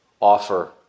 offer